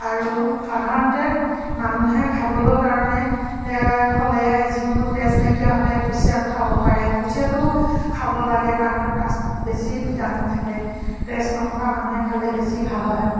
আৰু সাধাৰণতে মানুহে খাবলৈ কাৰণে হ'লে যিকোনো তেজ নাইকিয়া হ'লে কুচিয়াতো খাব পাৰে কুচিয়াটো খাব লাগে কাৰণ কিয় তাত বেছি ভিটামিন থাকে তেজ নথকা মানুহে খালে বেছি ভাল হয়